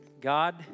God